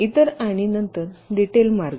इतर आणि नंतर डिटेल मार्ग